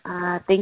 thank